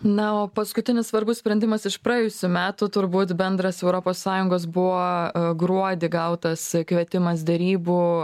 na o paskutinis svarbus sprendimas iš praėjusių metų turbūt bendras europos sąjungos buvo gruodį gautas kvietimas derybų